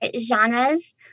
genres